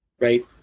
right